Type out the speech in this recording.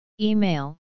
Email